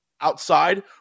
outside